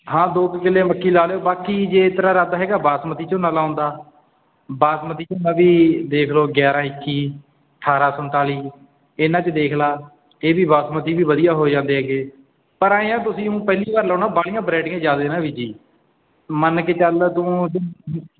ਹਾਂ ਦੋ ਕੁ ਕਿੱਲੇ ਮੱਕੀ ਲਾ ਲਿਓ ਬਾਕੀ ਜੇ ਤੇਰਾ ਇਰਾਦਾ ਹੈਗਾ ਬਾਸਮਤੀ ਝੋਨਾ ਲਾਉਣ ਦਾ ਬਾਸਮਤੀ ਝੋਨਾ ਵੀ ਦੇਖ ਲਓ ਗਿਆਰਾਂ ਇੱਕੀ ਅਠਾਰਾਂ ਸੰਤਾਲੀ ਇਹਨਾਂ 'ਚ ਦੇਖ ਲਾ ਇਹ ਵੀ ਬਾਸਮਤੀ ਵੀ ਵਧੀਆ ਹੋ ਜਾਂਦੇ ਹੈਗੇ ਪਰ ਐਂਏ ਆ ਤੁਸੀਂ ਹੁਣ ਪਹਿਲੀ ਵਾਰ ਲਾਉਣਾ ਬਾਹਲੀਆਂ ਵਰਾਈਟੀਆਂ ਜ਼ਿਆਦਾ ਨਾ ਬੀਜੀ ਮੰਨ ਕੇ ਚੱਲ ਤੂੰ